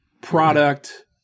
product